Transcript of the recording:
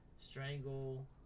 strangle